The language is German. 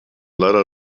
leider